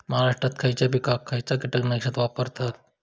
महाराष्ट्रात खयच्या पिकाक खयचा कीटकनाशक वापरतत?